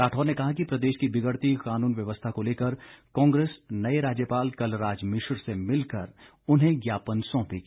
राठौर ने कहा कि प्रदेश की बिगड़ती कानून व्यवस्था को लेकर कांग्रेस नए राज्यपाल कलराज मिश्र से मिलकर उन्हें ज्ञापन सौंपेगी